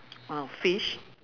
uh fish